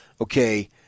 okay